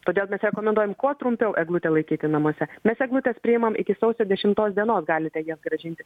todėl mes rekomenduojam kuo trumpiau eglutę laikyti namuose mes eglutes priimam iki sausio dešimtos dienos galite jas grąžinti